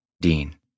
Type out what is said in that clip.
Dean